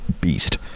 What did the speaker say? beast